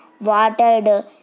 watered